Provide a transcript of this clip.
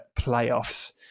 playoffs